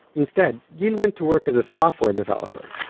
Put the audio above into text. instead, gil went to work as a software developer.